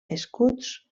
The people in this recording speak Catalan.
escuts